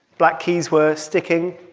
black keys were sticking.